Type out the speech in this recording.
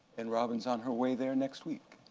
and robin's on her way there next week,